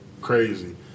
crazy